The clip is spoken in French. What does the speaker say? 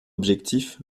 objectif